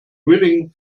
willing